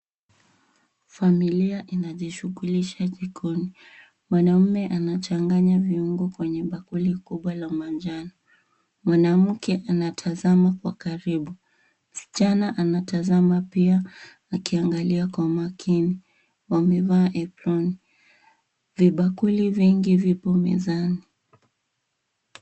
Familia inajishughulisha jikoni. Mwanaume anachanganya viungo kwenye bakuli kubwa la manjano. Mwanamke anatazama kwa karibu. Msichana anatazama pia akiangalia kwa makini . Wamevaa aproni. Vibakuli vingi vipo mezani.